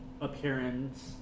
appearance